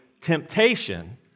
temptation